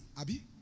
Abby